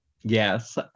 yes